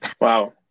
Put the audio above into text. Wow